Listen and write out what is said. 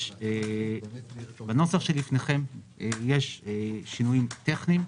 בנוסח שלפניכם יש שינויים טכניים.